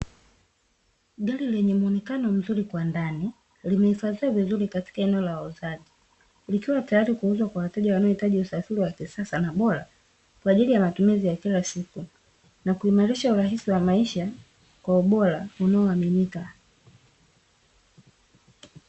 Gari lenye muonekano mzuri kwa ndani, limehifadhiwa vizuri katika eneo la uuzaji, likiwa tayari kuuzwa kwa wateja wanaohitaji usafiri wa kisasa na bora, kwa ajili ya matumizi ya kila siku na kuimarisha urahisi wa maisha kwa ubora unaoaminika.